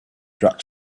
drank